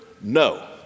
No